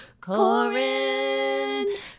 Corinne